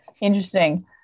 interesting